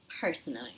Personally